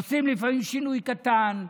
עושים לפעמים שינוי קטן,